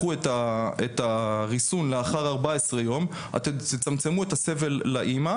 את הריסון לאחר 14 יום אנחנו נצמצם את הסבל לאמא